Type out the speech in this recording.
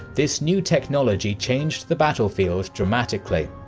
this new technology changed the battlefield dramatically.